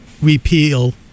repeal